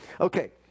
Okay